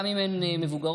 גם אם הן מבוגרות,